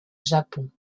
japon